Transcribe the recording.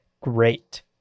great